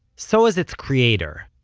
so has its creator,